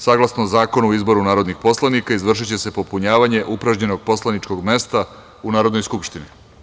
Saglasno Zakonu o izboru narodnih poslanika, izvršiće se popunjavanje upražnjenog poslaničkog mesta u Narodnoj skupštini.